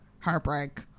heartbreak